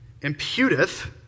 imputeth